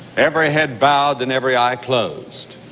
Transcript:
every head bowed and every eye closed.